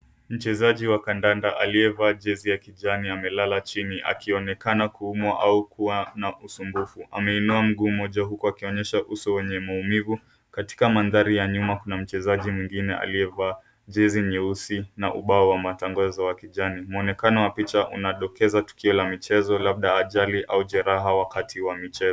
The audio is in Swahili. Mchezaji wa kandanda aliyevaa jezi ya kijani amelala chini akionekana kuumwa au kuwa na usumbufu. Ameinua mguu mmoja huku akionyesha uso wenye maumivu. Katika mandhari ya nyuma kuna mchezaji mwengine aliyevaa jezi nyeusi na ubao wa matangazo wa kijani. Mwonekano wa picha unadokeza tukio la michezo labda ajali au jeraha wakati wa michezo.